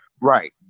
Right